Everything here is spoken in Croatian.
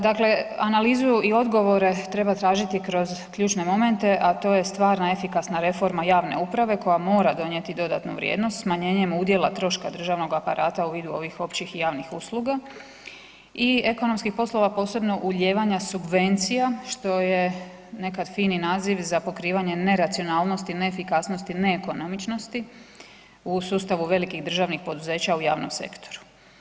Dakle analizu i odgovore treba tražiti kroz ključne momente a to je stvarna efikasna reforma javne uprave koja mora donijeti dodatnu vrijednost smanjenjem udjela troškova državnog aparata u vidu ovih općih i javnih usluga i ekonomskih poslova posebno ulijevanja subvencija što je nekad fini naziv za pokrivanje neracionalnosti, neefikasnosti, neekonomičnosti u sustavu velikih državnih poduzeća u javnom sektoru.